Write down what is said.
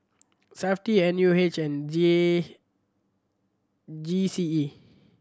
Safti N U H and G A G C E